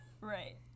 Right